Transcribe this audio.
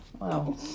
Wow